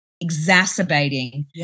exacerbating